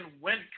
went